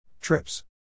Trips